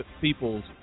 people's